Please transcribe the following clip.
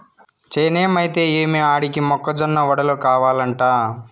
చేనేమైతే ఏమి ఆడికి మొక్క జొన్న వడలు కావలంట